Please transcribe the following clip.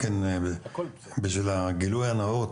ככה בשביל גילוי הנאות,